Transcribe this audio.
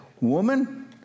woman